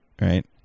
right